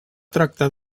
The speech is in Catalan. tractar